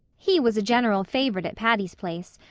he was a general favorite at patty's place,